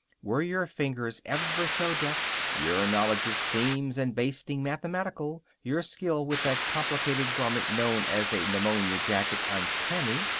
were your fingers ever so deft, your knowledge of seams and basting mathematical, your skill with that complicated garment known as a pneumonia jacket uncanny,